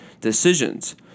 decisions